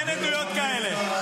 אין עדויות כאלה.